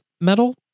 Metal